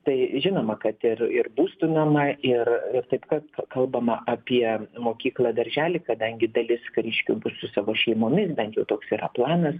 tai žinoma kad ir ir būstų nuoma ir ir taip kad kalbama apie mokyklą darželį kadangi dalis kariškių bus su savo šeimomis bent jau toks yra planas